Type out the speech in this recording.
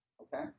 Okay